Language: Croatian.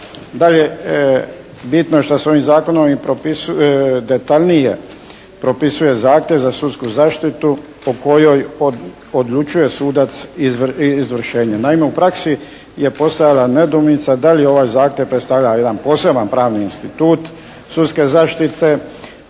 Dalje, bitno što se ovim zakonima detaljnije propisuje zahtjev za sudsku zaštitu po kojoj odlučuje sudac izvršenje. Naime, u praksi je postojala nedoumica da li je ovaj zahtjev predstavlja jedan poseban pravni institut sudske zaštite,